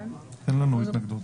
אין לנו התנגדות.